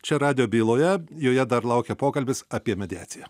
čia radijo byloje joje dar laukia pokalbis apie mediaciją